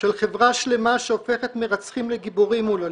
של חברה שלמה שהופכת מרצחים לגיבורים מהוללים,